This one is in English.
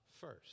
first